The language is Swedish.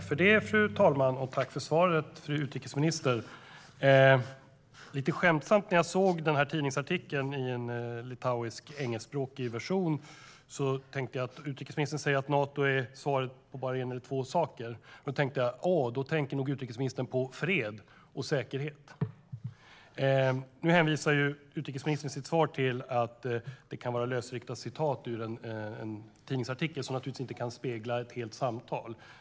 Fru talman! Tack för svaret, fru utrikesminister! När jag såg den här tidningsartikeln i en engelskspråkig version av en litauisk tidning och utrikesministern sa att Nato är svaret på bara en eller två saker tänkte jag lite skämtsamt att utrikesministern nog tänker på fred och säkerhet. Nu hänvisar utrikesministern i sitt svar till att det kan vara lösryckta citat i en tidningsartikel som naturligtvis inte speglar ett helt samtal.